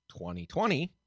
2020